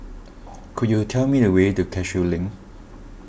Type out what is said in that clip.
could you tell me the way to Cashew Link